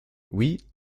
oui